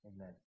Amen